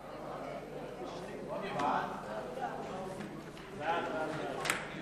ההצעה להעביר את הצעת חוק החוזים